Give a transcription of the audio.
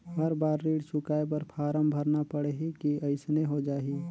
हर बार ऋण चुकाय बर फारम भरना पड़ही की अइसने हो जहीं?